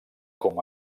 com